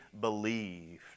believed